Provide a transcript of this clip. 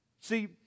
See